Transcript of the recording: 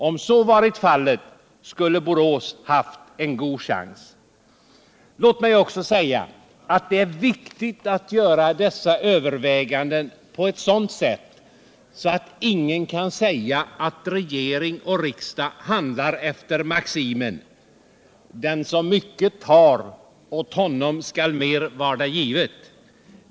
Om så varit fallet, skulle Borås haft en god chans. Låt mig också säga att det är viktigt att göra dessa överväganden på ett sådant sätt att ingen kan säga att regering och riksdag handlar efter maximen ”den som mycket har, åt honom skall mer varda givet”.